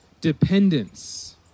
dependence